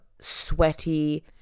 sweaty